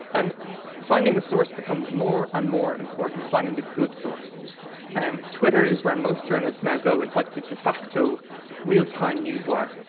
and finding the source becomes more and more important finding the good source and twitter is where most journalists now go. it's like the de facto real-time newswire,